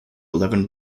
eleven